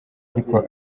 ariko